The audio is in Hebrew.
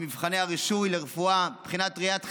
מבחני הרישוי לרפואה, בחינת ראיית חשבון,